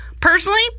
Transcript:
Personally